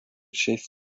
šiais